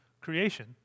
creation